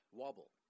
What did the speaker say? wobble